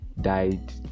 died